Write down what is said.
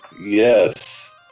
Yes